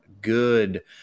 good